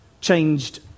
changed